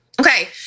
Okay